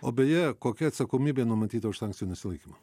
o beje kokia atsakomybė numatyta už sankcijų nesilaikymą